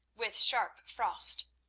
with sharp frost.